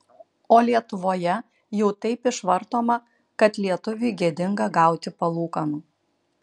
o lietuvoje jau taip išvartoma kad lietuviui gėdinga gauti palūkanų